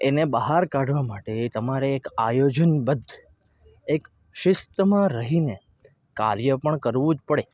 એને બહાર કાઢવા માટે તમારે એક આયોજનબદ્ધ એક શિસ્તમાં રહીને કાર્ય પણ કરવું જ પડે